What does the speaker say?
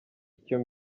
icyo